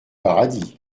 paradis